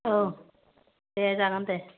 औ दे जागोन दे